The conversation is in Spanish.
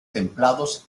templados